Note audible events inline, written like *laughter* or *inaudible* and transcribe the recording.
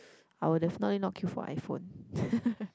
I'll definitely not queue for iPhone *laughs*